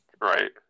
Right